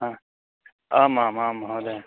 आ आमामाम् महोदय